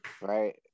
right